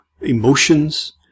emotions